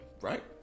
Right